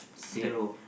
zero